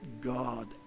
God